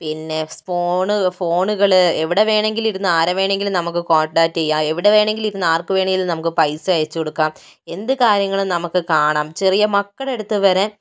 പിന്നെ സ്പോൺ ഫോണുകള് എവിടെ വേണമെങ്കിലും ഇരുന്ന് ആരെ വേണമെങ്കിലും നമുക്ക് കോണ്ടാക്ട് ചെയ്യാം എവിടെ വേണെങ്കില് ഇരുന്ന് ആർക്ക് വേണേലും നമുക്ക് പൈസ അയച്ചു കൊടുക്കാം എന്ത് കാര്യങ്ങളും നമുക്ക് കാണാം ചെറിയ മക്കളുടെ അടുത്ത് വരെ